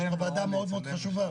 זו ועדה מאוד חשובה,